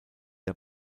der